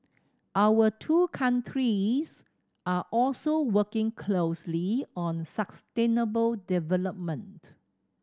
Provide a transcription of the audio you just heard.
our two countries are also working closely on sustainable development